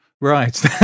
Right